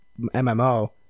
MMO